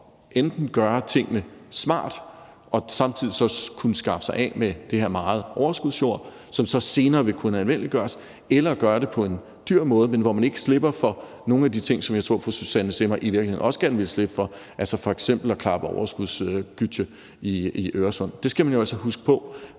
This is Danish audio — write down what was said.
enten at gøre tingene smart og samtidig kunne skaffe sig af med den store mængde overskudsjord, som så senere vil kunne anvendeliggøres, eller at gøre det på en dyr måde, men hvor man ikke slipper for nogle af de ting, som jeg tror fru Susanne Zimmer i virkeligheden også gerne vil slippe for, altså f.eks. at klappe overskudsgytje i Øresund. Det skal man jo altså huske på